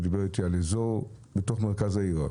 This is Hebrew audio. הוא דיבר איתי על איזור בתוך מרכז העיר.